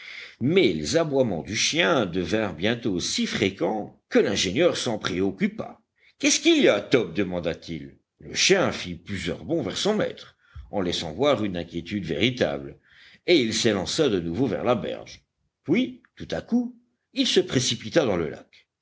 mais les aboiements du chien devinrent bientôt si fréquents que l'ingénieur s'en préoccupa qu'est-ce qu'il y a top demanda-t-il le chien fit plusieurs bonds vers son maître en laissant voir une inquiétude véritable et il s'élança de nouveau vers la berge puis tout à coup il se précipita dans le lac